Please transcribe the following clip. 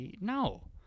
No